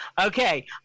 Okay